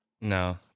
No